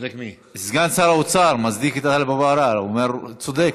הוא אומר: צודק.